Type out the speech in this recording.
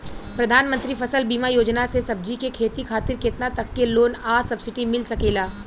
प्रधानमंत्री फसल बीमा योजना से सब्जी के खेती खातिर केतना तक के लोन आ सब्सिडी मिल सकेला?